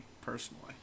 personally